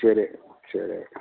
சரி சரி